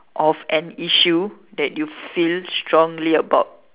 of an issue that you feel strongly about